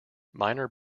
miner